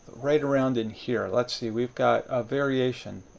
right around in here. let's see we've got a variation.